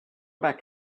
back